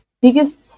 biggest